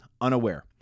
unaware